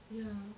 ya